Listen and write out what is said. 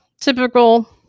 typical